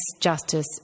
justice